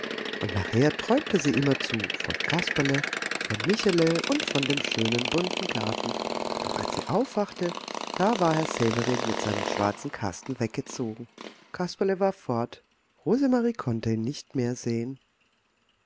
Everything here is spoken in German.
und nachher träumte sie immerzu von kasperle von michele und von dem schönen bunten garten doch als sie aufwachte da war herr severin mit seinem schwarzen kasten weggezogen kasperle war fort rosemarie konnte ihn nicht mehr sehen